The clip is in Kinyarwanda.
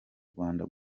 rwanda